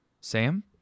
Sam